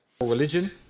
religion